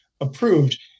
approved